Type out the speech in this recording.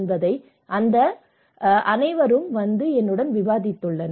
இந்த அம்சங்கள் அனைத்தும் விவாதிக்கப்பட்டுள்ளன